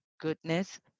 goodness